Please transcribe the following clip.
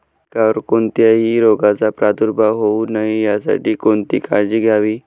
पिकावर कोणत्याही रोगाचा प्रादुर्भाव होऊ नये यासाठी कोणती काळजी घ्यावी?